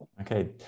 Okay